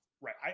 Right